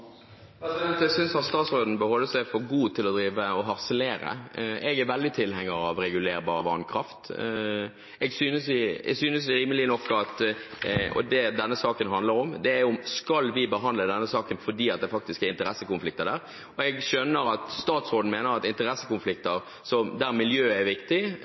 Jeg synes at statsråden bør holde seg for god til å drive og harselere. Jeg er sterkt tilhenger av regulerbar vannkraft. Det denne saken handler om, er om vi skal behandle denne saken – siden det er interessekonflikter. Jeg skjønner at statsråden mener at interessekonflikter der miljøet er viktig